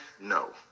no